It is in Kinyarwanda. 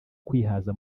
kwihaza